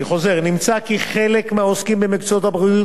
נמצא כי חלק מהעוסקים במקצועות הבריאות